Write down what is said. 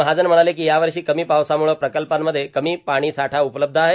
महाजन म्हणाले को यावर्षा कमी पावसामुळं प्रकल्पांमध्ये कमी पाणीसाठा उपलब्ध आहे